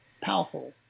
powerful